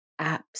apps